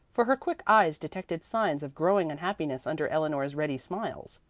for her quick eyes detected signs of growing unhappiness under eleanor's ready smiles.